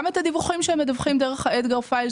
גם את הדיווחים שהם מדווחים דרך ה-edgar files